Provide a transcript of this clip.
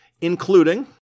including